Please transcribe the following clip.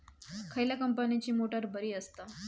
खयल्या कंपनीची मोटार बरी असता?